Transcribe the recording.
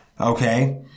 Okay